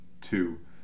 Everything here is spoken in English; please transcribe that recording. Two